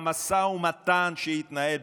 במשא ומתן שהתנהל,